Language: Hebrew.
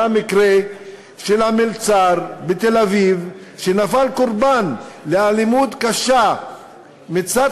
היה המקרה של המלצר בתל-אביב שנפל קורבן לאלימות קשה מצד